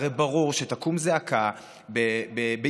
הרי ברור שתקום זעקה ביולי,